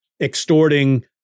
extorting